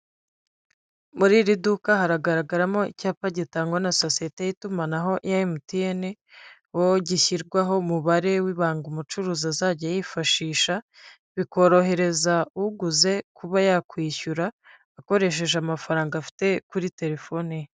Muri iri duka haragaragaramo icyapa gitangwa na sosiyete y'itumanaho ya MTN, aho gishyirwaho umubare w'ibanga umucuruzi azajya yifashisha, bikorohereza uguze kuba yakwishyura akoresheje amafaranga afite kuri terefoni ye.